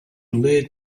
led